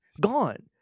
Gone